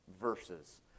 verses